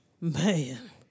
Man